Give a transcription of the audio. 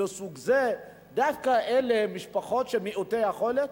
מסוג זה דווקא אלה משפחות מעוטות יכולת.